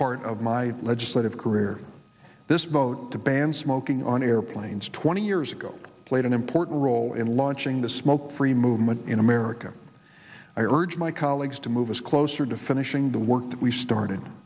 part of my legislative career this vote to ban smoking on airplanes twenty years ago played an important role in launching the smoke free movement in america i urge my colleagues to move us closer to finishing the work that we started